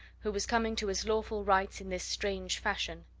who was coming to his lawful rights in this strange fashion.